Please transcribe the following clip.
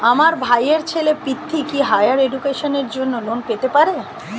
আমার ভাইয়ের ছেলে পৃথ্বী, কি হাইয়ার এডুকেশনের জন্য লোন পেতে পারে?